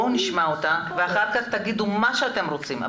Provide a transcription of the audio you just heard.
בואו נשמע אותם ואחר כך תגידו מה שאתם רוצים.